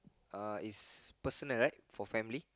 uh it's personal right for family